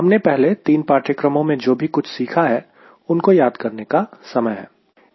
हमने पहले 3 पाठ्यक्रमों में जो भी कुछ सीखा है उनको याद करने का समय है